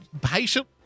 patient